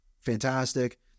Fantastic